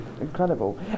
incredible